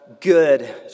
good